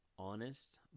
Honest